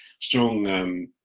strong